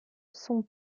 sont